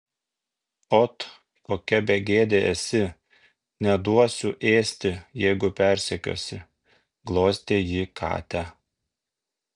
ot kokia begėdė esi neduosiu ėsti jeigu persekiosi glostė ji katę